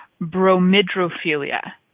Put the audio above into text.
bromidrophilia